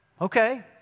okay